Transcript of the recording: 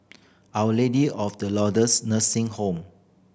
Our Lady of the Lourdes Nursing Home